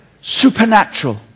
Supernatural